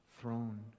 throne